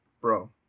Bro